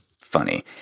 funny